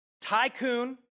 tycoon